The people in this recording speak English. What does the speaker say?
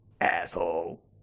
asshole